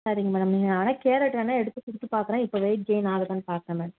சரிங்க மேடம் நீங்கள் ஆனால் கேரட் வேணால் எடுத்து கொடுத்துப் பார்க்குறேன் இப்போதைக்கி கெயின் ஆகுதான்னு பார்க்றேன் மேடம்